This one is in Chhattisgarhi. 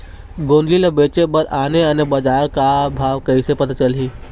गोंदली ला बेचे बर आने आने बजार का भाव कइसे पता चलही?